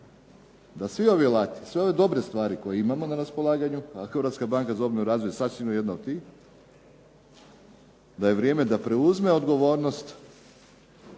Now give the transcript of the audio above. da svi ovi alati, sve ove dobre stvari koje imamo na raspolaganju, a Hrvatska banka za obnovu i razvoj sasvim je jedna od tih, da je vrijeme da preuzme odgovornost